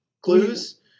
Clues